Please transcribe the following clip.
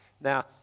Now